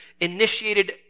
initiated